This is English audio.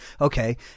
okay